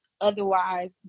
Otherwise